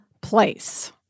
place